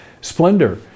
splendor